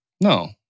No